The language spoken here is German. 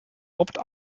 opt